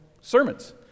Sermons